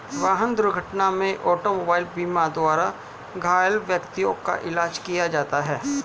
वाहन दुर्घटना में ऑटोमोबाइल बीमा द्वारा घायल व्यक्तियों का इलाज किया जाता है